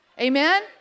Amen